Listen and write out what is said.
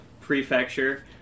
Prefecture